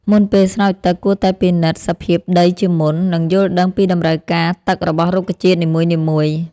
មុនពេលស្រោចទឹក គួរតែពិនិត្យសភាពដីជាមុន និងយល់ដឹងពីតម្រូវការទឹករបស់រុក្ខជាតិនីមួយៗ។